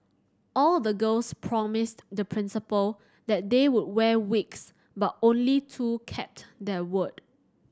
all the girls promised the Principal that they would wear wigs but only two kept their word